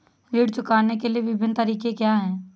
ऋण चुकाने के विभिन्न तरीके क्या हैं?